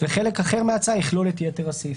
וחלק אחר מההצעה יכלול את יתר הסעיפים".